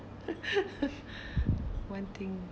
one thing